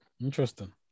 Interesting